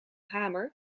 hamer